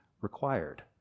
required